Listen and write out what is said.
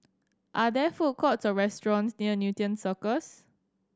are there food courts or restaurants near Newton Cirus